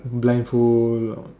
blind fold